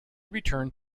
returned